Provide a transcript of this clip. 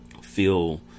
feel